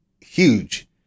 huge